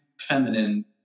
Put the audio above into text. feminine